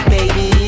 Baby